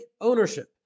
ownership